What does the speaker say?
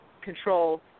control